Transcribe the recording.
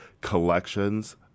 collections